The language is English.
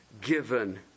given